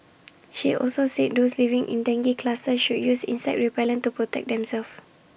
she also said those living in dengue clusters should use insect repellent to protect themselves